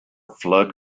flood